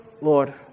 Lord